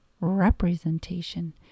representation